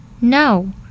No